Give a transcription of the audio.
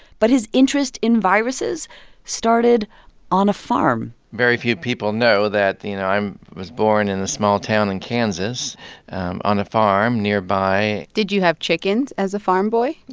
but his interest in viruses started on a farm very few people know that, you know, i was born in a small town in kansas on a farm nearby did you have chickens as a farm boy?